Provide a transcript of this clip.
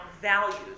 values